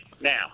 Now